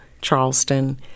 Charleston